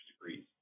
degrees